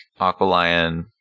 Aqualion